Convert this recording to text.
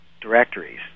directories